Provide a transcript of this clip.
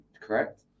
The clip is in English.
Correct